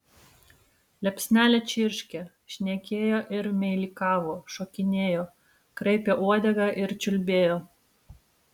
liepsnelė čirškė šnekėjo ir meilikavo šokinėjo kraipė uodegą ir čiulbėjo